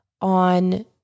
on